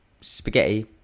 spaghetti